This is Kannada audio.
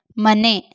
ಮನೆ